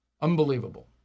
Unbelievable